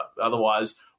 Otherwise